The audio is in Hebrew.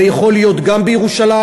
זה יכול להיות גם בירושלים,